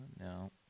No